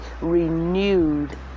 renewed